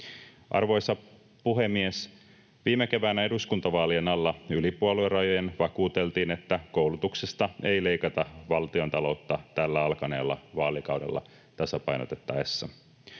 Arvoisa puhemies! Viime keväänä eduskuntavaalien alla yli puoluerajojen vakuuteltiin, että koulutuksesta ei leikata tällä alkaneella vaalikaudella valtiontaloutta